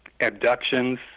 abductions